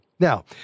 Now